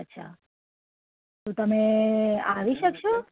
અચ્છા તો તમે આવી શકશો